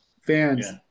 fans